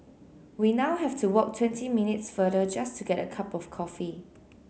we now have to walk twenty minutes farther just to get a cup of coffee